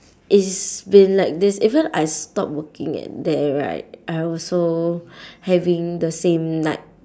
it's been like this even I stop working at there right I also having the same night